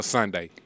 Sunday